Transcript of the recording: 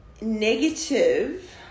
negative